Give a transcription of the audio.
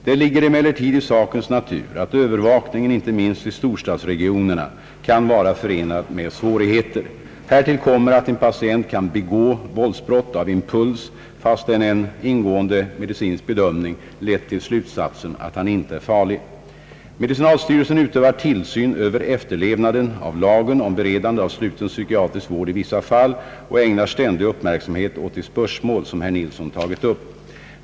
Det ligger emellertid i sakens natur att övervakningen, inte minst i storstadsregioner, kan vara förenad med svårigheter. Härtill kommer att en patient kan begå våldsbrott av impuls, fastän en ingående medicinsk bedömning lett till slutsatsen att han inte är farlig. Medicinalstyrelsen utövar tillsyn över efterlevnaden av lagen om beredande av sluten psykiatrisk vård i vissa fall och ägnar ständig uppmärksamhet åt de spörsmål som herr Nilsson tagit upp.